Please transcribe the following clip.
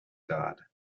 god